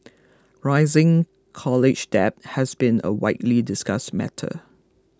rising college debt has been a widely discussed matter